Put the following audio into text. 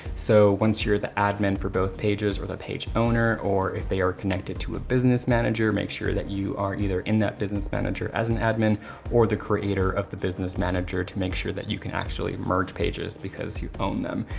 so once you're the admin for both pages or the page owner, or if they are connected to a business manager, make sure that you are either in that business manager as an admin or the creator of the business manager to make sure that you can actually merge pages because you own them.